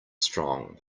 strong